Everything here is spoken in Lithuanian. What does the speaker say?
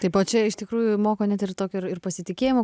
taip o čia iš tikrųjų moko net ir tokio ir pasitikėjimo